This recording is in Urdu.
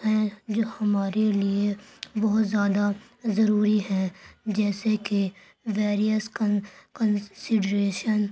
ہیں جو ہمارے لیے بہت زیادہ ضروری ہیں جیسے کہ ویریئس کن کنسیڈریشن